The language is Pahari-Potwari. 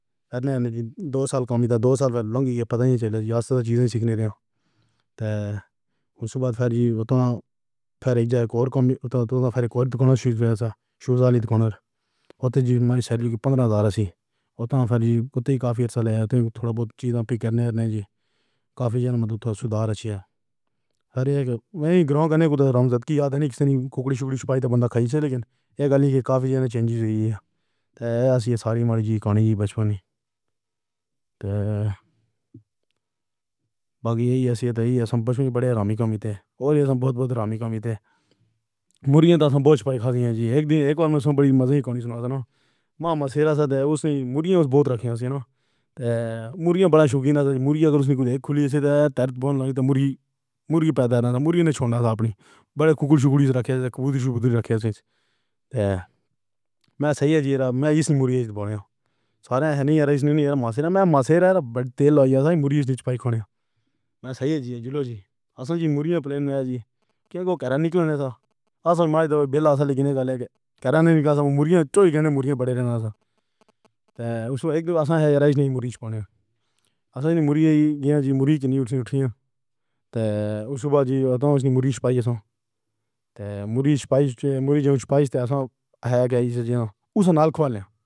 ہے جی۔ دو سال کمی تھا دو سال۔ لوںگی ہی پتا ہی نہیں چلا۔ عرصاں خالی رہ۔ تو اُس وقت پھر وہ تھا۔ پھر ایک اور کمی تھا تو پھر کوئی دکھانا شروع کرا۔ شجالی تو گاؤں ہوتے ہی ماجی کے پندرہ ہزار تھی۔ اُتھاں پھر کافی ہرش لے تھوڑا بہت چیز تو کرنے جی کافی زیادہ سُدھار ہوا۔ ہر اک گرام کرنے کو رام راجت کی یاد نہیں۔ کسی نے ککڑی، شکڑی چِپکائی تو بند کھائی، لیکن یہ کہہ نہیں کہ کافی چینج ہوئی ہے۔ اسی ساری ماجی کہانی بچپن۔ باقی یہی تو یہ سب بڑے آرامی کمی پر اور بہت بہت آرامی کام ہی تھے۔ مرغیاں تو بہت ہوتی ہیں جی ایک دن ایک بڑی مزیدار کہانی سناتا ہوں ماہ ماسی راجد اُسے مرغی بہت رکھی ہو۔ مرغیاں بڑا شوقین مرغی اگر کوئی کھلی جگہ پر پاؤں لگے تو مرغی مرغی پیدا مرغی نہ چھوڑنا اپنی بڑی ککڑی۔ شکروار کو بھی رکھیے۔ میں سہی سے مرغے سارے ہیں۔ نہیں ارے اِس نے ماسی ماسی دل آئی ہے۔ سائیں مرغے نیچے کھانا۔ میں سہی ضلع۔ اصل جی مرغے پلایاں ہے جی۔ کیں کو کرن نکلنے تھا۔ آسمان دیکھ بیلہ سلگن کالے کرن نکلاؤے مرغے کو مرغے پڑ رہا تھا۔ اُسے اصل جانی مرغی پانے واسانی مرغی کی زندگی شُکلی۔ اُتھیا صبح جی اُتھاں مرغی پایسوں مرغی پایسی مرغی کے پایس اساں گائے جاؤ۔ اُسے نال کھولا۔